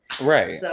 Right